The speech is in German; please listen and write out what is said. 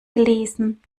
gelesen